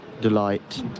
delight